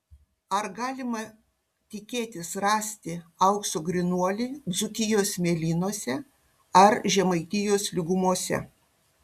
ar galima tikėtis rasti aukso grynuolį dzūkijos smėlynuose ar žemaitijos lygumose